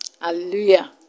Hallelujah